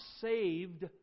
saved